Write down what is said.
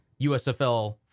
usfl